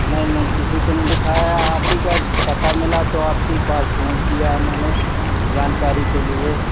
नहीं नहीं किसी को नहीं दिखाया आप ही का पता मिला तो आपके ही पास फोन किया मैंने जानकारी के लिए